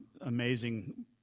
amazing